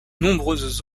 nombreuses